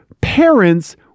parents